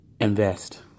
invest